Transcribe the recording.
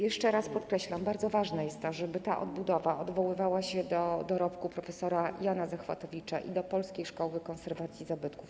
Jeszcze raz podkreślam, bardzo ważne jest to, żeby ta odbudowa odwoływała się do dorobku prof. Jana Zachwatowicza i do polskiej szkoły konserwacji zabytków.